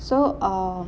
so um